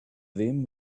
them